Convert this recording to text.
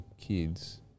kids